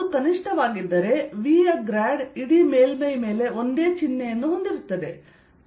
ಅದು ಕನಿಷ್ಟವಾಗಿದ್ದರೆ V ಯ ಗ್ರಾಡ್ ಇಡೀ ಮೇಲ್ಮೈ ಮೇಲೆ ಒಂದೇ ಚಿಹ್ನೆಯನ್ನು ಹೊಂದಿರುತ್ತದೆ